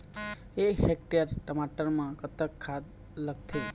एक हेक्टेयर टमाटर म कतक खाद लागथे?